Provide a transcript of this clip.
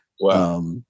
Wow